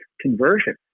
conversion